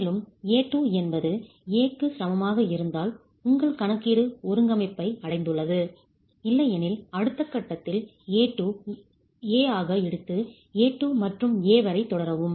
மேலும் a2 என்பது a க்கு சமமாக இருந்தால் உங்கள் கணக்கீடு ஒருங்கமைப்பை அடைந்துள்ளது இல்லையெனில் அடுத்த கட்டத்தில் a2 ஐ a ஆக எடுத்து a2 மற்றும் a வரை தொடரவும்